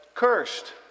Cursed